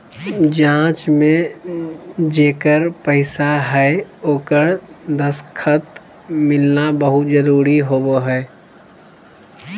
जाँच में जेकर पैसा हइ ओकर दस्खत मिलना बहुत जरूरी होबो हइ